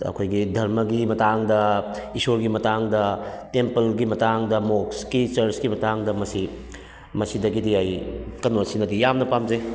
ꯑꯩꯈꯣꯏꯒꯤ ꯗꯔꯃꯒꯤ ꯃꯇꯥꯡꯗ ꯏꯁꯣꯔꯒꯤ ꯃꯇꯥꯡꯗ ꯇꯦꯝꯄꯜꯒꯤ ꯃꯇꯥꯡꯗ ꯃꯣꯛꯁꯀꯤ ꯆꯔ꯭ꯁꯀꯤ ꯃꯇꯥꯡꯗ ꯃꯁꯤ ꯃꯁꯤꯗꯒꯤꯗꯤ ꯑꯩ ꯀꯩꯅꯣꯁꯤꯅꯗꯤ ꯌꯥꯝꯅ ꯄꯥꯝꯖꯩ